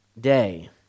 day